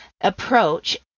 approach